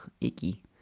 Icky